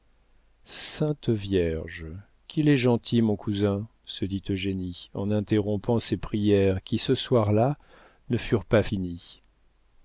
sainte vierge qu'il est gentil mon cousin se dit eugénie en interrompant ses prières qui ce soir-là ne furent pas finies